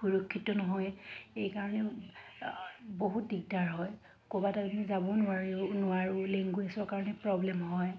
সুৰক্ষিত নহয় এইকাৰণে বহুত দিগদাৰ হয় ক'ৰবাত আজি যাব নোৱাৰি নোৱাৰোঁ লেংগুৱেজৰ কাৰণে প্ৰব্লেম হয়